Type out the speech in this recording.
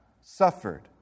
suffered